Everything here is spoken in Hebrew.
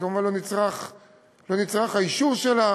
כמובן לא נצרך האישור שלה